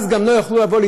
אז גם לא יוכלו לטעון,